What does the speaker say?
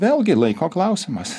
vėlgi laiko klausimas